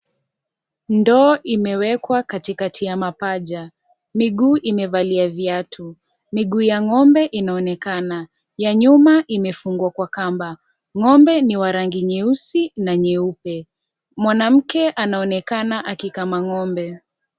Ndoo imewekwa katikati ya mapaja, miguu imevalia viatu, miguu ya ng'ombe inaonekana, ya nyuma imefungwa kwa kamba,. Ng'ombe ni wa rangi nyeusi na nyeupe, mwanamke anaonekana akikama ng'ombe.